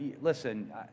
listen